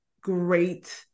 great